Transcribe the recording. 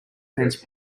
fence